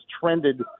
trended